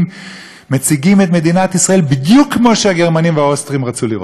מציגים את מדינת ישראל בדיוק כמו שהגרמנים והאוסטרים רצו לראות אותה.